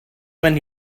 when